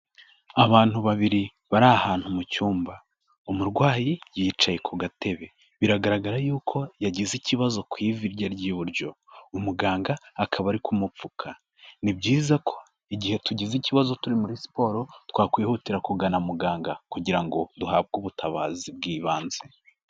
Abantu babiri bari ahantu mu cyumba, umurwayi yicaye ku gatebe, biragaragara yuko yagize ikibazo ku ivi rye ry'iburyo, umuganga akaba ari kumupfuka. Ni byiza ko igihe tugize ikibazo turi muri siporo twakwihutira kugana muganga kugira ngo duhabwe ubutabazi bw'ibanze.